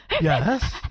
Yes